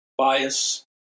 bias